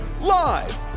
live